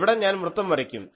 എവിടെ ഞാൻ വൃത്തം വരയ്ക്കും